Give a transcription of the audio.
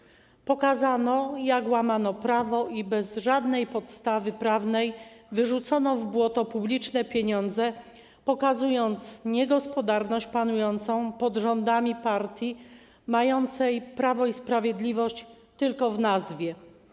W informacji pokazano, jak łamane było prawo i jak bez żadnej podstawy prawnej wyrzucono w błoto publiczne pieniądze, obrazując niegospodarność panującą pod rządami partii mającej prawo i sprawiedliwość tylko w nazwie.